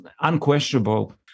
unquestionable